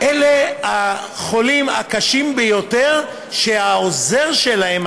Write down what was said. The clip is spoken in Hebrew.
החולים הקשים ביותר שהעוזר שלהם,